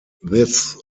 this